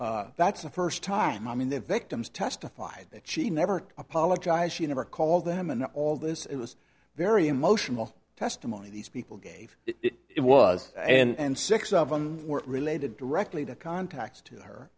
apologize that's the first time i mean the victims testified that she never apologized she never called them and all this it was very emotional testimony these people game it was and six of them were related directly to contacts to her